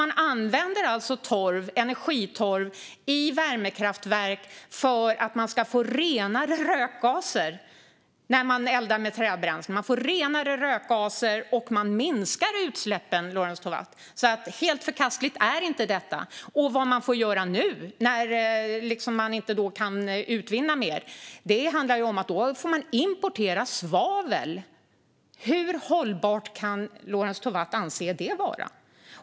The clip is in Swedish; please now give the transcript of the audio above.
Man använder energitorv i värmekraftverk för att få renare rökgaser och minska utsläppen när man eldar med träbränsle, Lorentz Tovatt. Helt förkastligt är alltså inte detta. Vad man får göra nu, när man inte kan utvinna mer, är att importera svavel. Hur hållbart kan Lorentz Tovatt anse det vara?